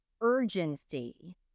urgency